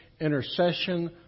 intercession